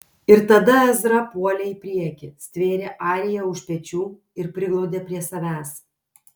ir tada ezra puolė į priekį stvėrė ariją už pečių ir priglaudė prie savęs